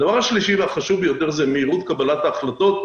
הדבר השלישי והחשוב ביותר הוא מהירות קבלת ההחלטות.